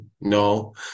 No